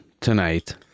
tonight